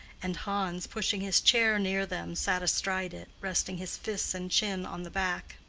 and hans, pushing his chair near them, sat astride it, resting his fists and chin on the back.